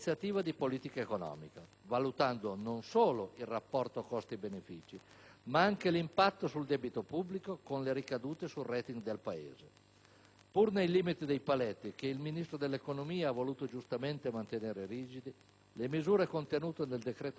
valutando non solo il rapporto costi-benefici, ma anche l'impatto sul debito pubblico, con le ricadute sul *rating* del Paese. Pur nei limiti dei paletti che il Ministro dell'economia ha voluto giustamente mantenere rigidi, le misure contenute nel decreto-legge n.